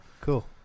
cool